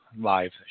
live